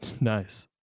Nice